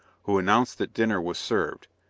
who announced that dinner was served,